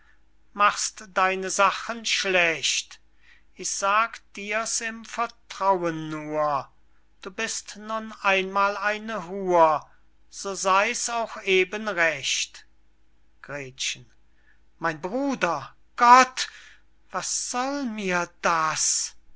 machst deine sachen schlecht ich sag dir's im vertrauen nur du bist doch nun einmal eine hur so sey's auch eben recht gretchen mein bruder gott was soll mir das